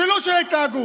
זילות של ההתנהגות.